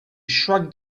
shrugged